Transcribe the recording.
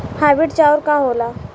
Hybrid चाउर का होला?